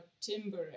timber